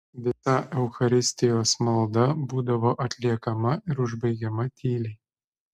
visa eucharistijos malda būdavo atliekama ir užbaigiama tyliai